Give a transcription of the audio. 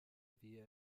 via